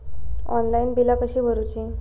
Online बिला कशी भरूची?